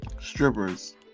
strippers